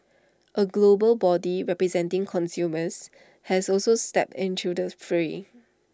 A global body representing consumers has also stepped into the fray